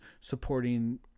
supporting